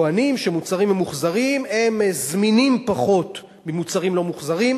טוענים שמוצרים ממוחזרים הם זמינים פחות ממוצרים לא ממוחזרים,